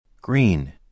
Green